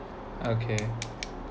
okay